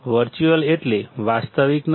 virtual એટલે વાસ્તવિક નથી